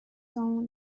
dans